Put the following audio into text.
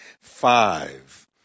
five